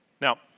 Now